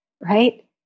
right